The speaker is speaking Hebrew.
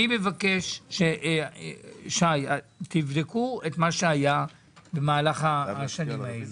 אני מבקש, שי, תבדקו את מה שהיה במהלך השנים האלה.